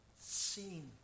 seen